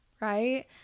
right